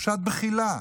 תחושת בחילה.